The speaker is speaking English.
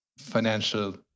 financial